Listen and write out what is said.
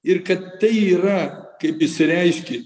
ir kad tai yra kaip išsireiškei